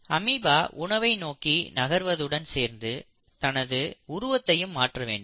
amoeba உணவை நோக்கி நகர்வது உடன் சேர்ந்து தனது உருவத்தையும் மாற்ற வேண்டும்